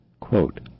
Quote